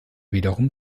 wiederum